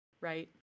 right